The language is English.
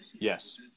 Yes